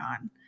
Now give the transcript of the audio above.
on